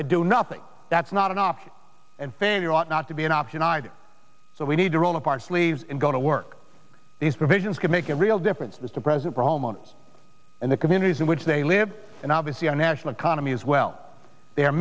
and do nothing that's not an option and then you ought not to be an option either so we need to roll up our sleeves and go to work these provisions can make a real difference as to present homeowners and the communities in which they live and obviously our national economy as well they